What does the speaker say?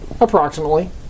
Approximately